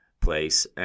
place